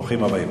ברוכים הבאים.